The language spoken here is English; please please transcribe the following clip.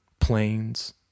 planes